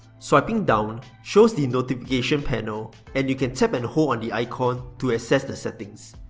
swiping down shows the and notification panel and you can tap and hold on the icon to access the settings,